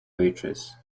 waitress